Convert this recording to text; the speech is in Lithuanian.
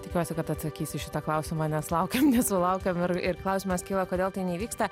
tikiuosi kad atsakys į šitą klausimą nes laukiam nesulaukiam ir ir klausimas kyla kodėl tai neįvyksta